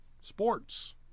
Sports